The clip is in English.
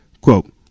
Quote